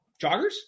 joggers